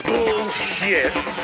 Bullshit